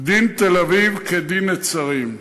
דין תל-אביב כדין נצרים.